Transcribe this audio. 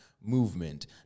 movement